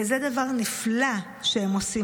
וזה דבר נפלא שהם עושים.